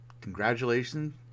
congratulations